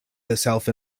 herself